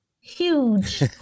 huge